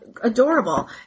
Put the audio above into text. adorable